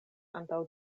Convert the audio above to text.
antaŭ